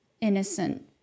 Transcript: innocent